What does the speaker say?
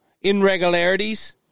irregularities